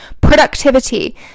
Productivity